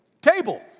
Table